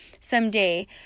someday